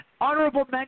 Honorable